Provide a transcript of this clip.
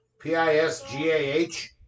P-I-S-G-A-H